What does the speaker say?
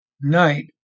night